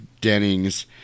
Dennings